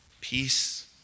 Peace